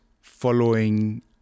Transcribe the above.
following